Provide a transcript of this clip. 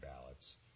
ballots